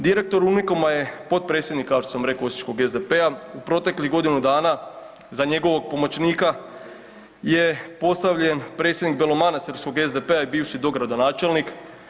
Direktor „Unikoma“ je potpredsjednik kao što sam rekao osječkog SDP-a u proteklih godinu dana za njegovog pomoćnika je postavljen predsjednik belomanastirskog SDP-a i bivši dogradonačelnik.